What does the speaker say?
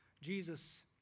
Jesus